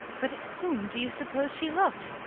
but at whom do you suppose she looked?